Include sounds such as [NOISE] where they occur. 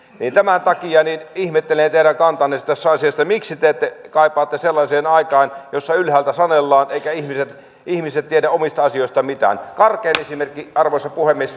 tämän takia ihmettelen teidän kantaanne tässä asiassa miksi te kaipaatte sellaiseen aikaan että ylhäältä sanellaan eivätkä ihmiset ihmiset tiedä omista asioistaan mitään karkein esimerkki arvoisa puhemies [UNINTELLIGIBLE]